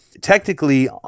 technically